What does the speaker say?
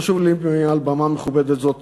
חשוב לי, על במה מכובדת זו,